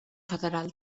federal